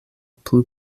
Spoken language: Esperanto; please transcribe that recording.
plu